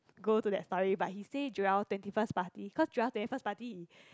go to that story but he say Joel twenty first party cause Joel twenty first party